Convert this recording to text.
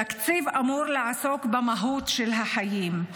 תקציב אמור לעסוק במהות של החיים,